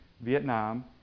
Vietnam